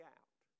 out